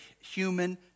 human